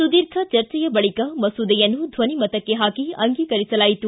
ಸುಧೀರ್ಘ ಚರ್ಜೆಯ ಬಳಿಕ ಮಸೂದೆಯನ್ನು ಧ್ವನಿಮತಕ್ಕೆ ಪಾಕಿ ಅಂಗೀಕರಿಸಲಾಯಿತು